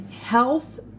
Health